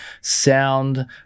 sound